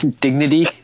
dignity